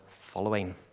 following